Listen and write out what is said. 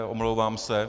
Omlouvám se.